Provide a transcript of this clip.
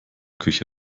küche